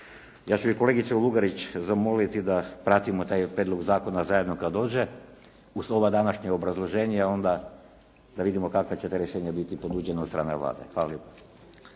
Ja ću kolegicu Lugarić zamoliti da pratimo taj prijedlog zakona kad dođe uz sva današnja obrazloženja da vidimo kakva će ta rješenja biti ponuđena od strane Vlade. Hvala